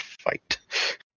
fight